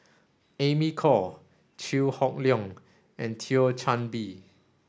Amy Khor Chew Hock Leong and Thio Chan Bee